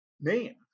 name